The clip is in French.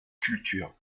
culture